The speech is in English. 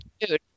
dude